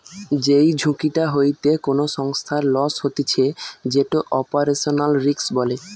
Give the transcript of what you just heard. যেই ঝুঁকিটা হইতে কোনো সংস্থার লস হতিছে যেটো অপারেশনাল রিস্ক বলে